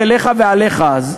היה בעמדה ודעה הזאת.